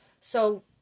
So-